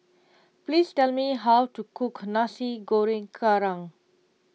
please tell me how to cook Nasi Goreng Kerang